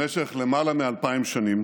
במשך יותר מאלפיים שנים